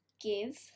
give